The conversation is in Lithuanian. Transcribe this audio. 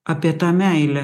apie tą meilę